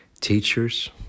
teachers